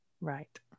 Right